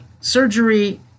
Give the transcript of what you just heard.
surgery